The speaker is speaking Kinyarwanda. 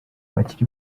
bakiri